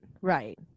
Right